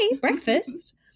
breakfast